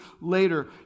later